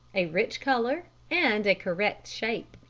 a rich colour and a correct shape.